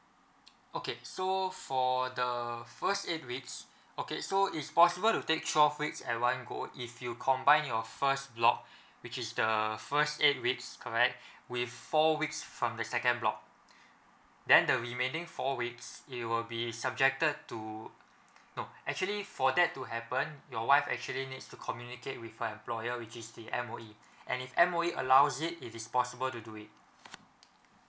okay so for the first eight weeks okay so is possible to take twelve week at one go if you combine your first block which is the first eight weeks right with four weeks from the second block then the remaining four weeks it will be subjected to no actually for that to happen your wife actually needs to communicate with her employer which is the M_O_E and if M_O_E allows it it is possible to do it